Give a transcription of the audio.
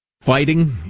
Fighting